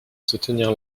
soutenir